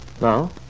No